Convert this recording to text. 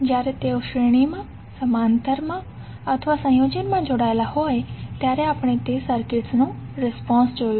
જ્યારે તેઓ શ્રેણીમાં સમાંતર સંયોજનમાં જોડાયેલા હોય ત્યારે આપણે તે સર્કિટ્સનો રિસ્પોન્સ જોયો